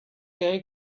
gay